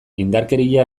indarkeria